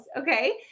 Okay